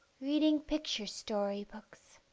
reading picture story-books?